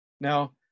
Now